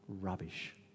rubbish